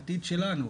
העתיד שלנו.